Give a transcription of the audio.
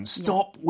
stop